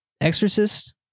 Exorcist